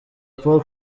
paul